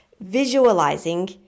visualizing